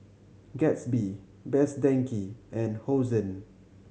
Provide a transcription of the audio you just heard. Gatsby Best Denki and Hosen